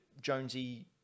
jonesy